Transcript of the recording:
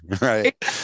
right